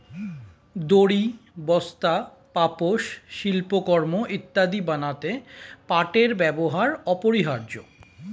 দড়ি, বস্তা, পাপোশ, শিল্পকর্ম ইত্যাদি বানাতে পাটের ব্যবহার অপরিহার্য